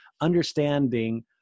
understanding